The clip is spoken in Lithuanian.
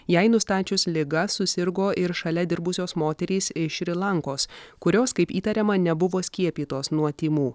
jai nustačius ligą susirgo ir šalia dirbusios moterys iš šri lankos kurios kaip įtariama nebuvo skiepytos nuo tymų